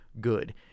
good